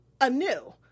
anew